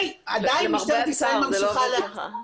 עדיין משטרת ישראל ממשיכה --- למרבה הצער זה לא עובד ככה,